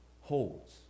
holds